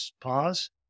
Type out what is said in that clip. pause